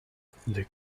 they